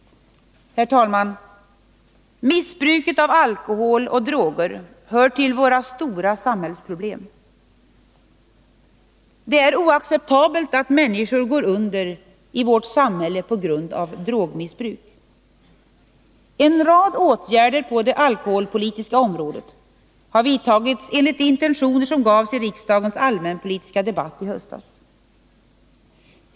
Herr talman! Missbruket av alkohol och droger hör till våra stora samhällsproblem. Det är oacceptabelt att människor går under i vårt samhälle på grund av drogmissbruk. En rad åtgärder på det alkoholpolitiska området har vidtagits enligt de intentioner som gavs i riksdagens allmänpolitiska debatt i höstas.